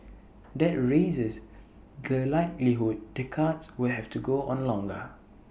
that raises the likelihood the cuts would have to go on longer